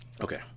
Okay